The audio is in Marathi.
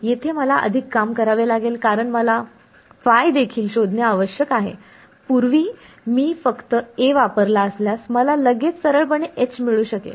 येथे मला अधिक काम करावे लागेल कारण मला ϕ देखील शोधणे आवश्यक आहे पूर्वी मी फक्त A वापरला असल्यास मला लगेच सरळपणे H मिळू शकेल